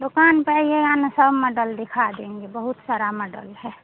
दुकान पर आइएगा ना सब मॉडल दिखा देंगे बहुत सारा मॉडल है